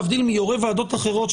להבדיל מיושבי-ראש ועדות אחרות,